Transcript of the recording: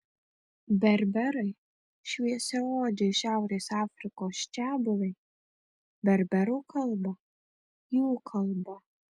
berberai šviesiaodžiai šiaurės afrikos čiabuviai berberų kalba jų kalba